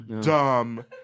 Dumb